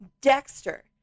dexter